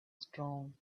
strong